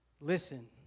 Listen